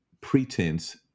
pretense